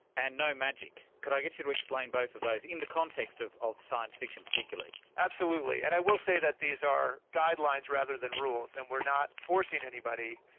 and no magic. could i get you to explain both of those, in the context of of science-fiction particularly absolutely, and i will say that these are guidelines rather than rules, and we are not forcing anybody.